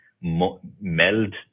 meld